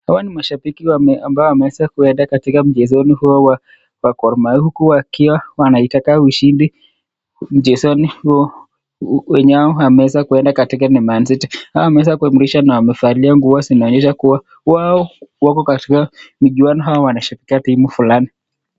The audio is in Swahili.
Hawa ni mashabiki ambao wameweza kuenea katika mchezoni huilo wa gormahia huku akiwa wanaitaka ushindi mchezoni huo wao ambacho wameweza kuenda ni man city ,hao wameweza kuemurisha na wamevalia nguo zinaonyesha kuwa wako wako katika mchwano au wanashirikia timu fulani.